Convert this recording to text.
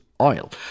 oil